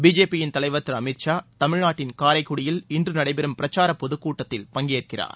BJP தலைவர் திரு அமித் ஷா தமிழ்நாட்டின் காரைக்குடியில் இன்று நடைபெறும் பிரச்சார பொதுக்கூட்டத்தில் பங்கேற்கிறார்